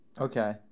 Okay